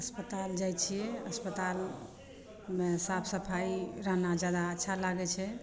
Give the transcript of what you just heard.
अस्पताल जाइ छियै अस्पतालमे साफ सफाइ रहना जादा अच्छा लागै छै